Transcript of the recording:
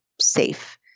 safe